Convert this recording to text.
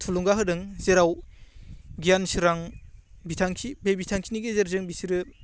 थुलुंगा होदों जेराव गियान सोरां बिथांखि बे बिथांखिनि गेजेरजों बिसोरो